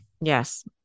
Yes